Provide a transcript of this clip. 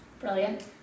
Brilliant